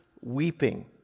weeping